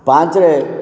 ପାଞ୍ଚରେ